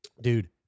dude